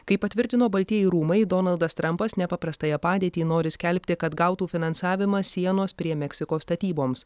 kaip patvirtino baltieji rūmai donaldas trampas nepaprastąją padėtį nori skelbti kad gautų finansavimą sienos prie meksikos statyboms